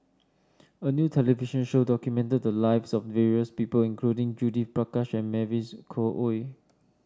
a new television show documented the lives of various people including Judith Prakash and Mavis Khoo Oei